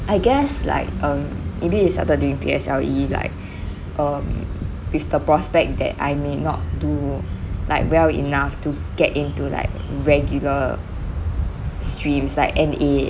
I guess like um maybe it started during PSLE like um with the prospect that I may not do like well enough to get into like regular streams like NA